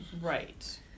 Right